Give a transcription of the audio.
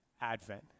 Advent